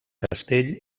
castell